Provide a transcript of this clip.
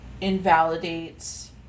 invalidates